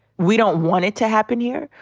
we don't want it to happen here.